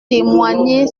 témoigné